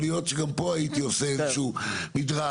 להיות שגם פה הייתי עושה איזשהו מדרג,